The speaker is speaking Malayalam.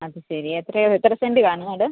അത് ശെരി എത്രയാ എത്ര സെൻറ്റ് കാണും അത്